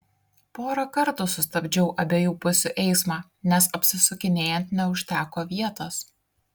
porą kartų sustabdžiau abiejų pusių eismą nes apsisukinėjant neužteko vietos